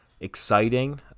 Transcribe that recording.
exciting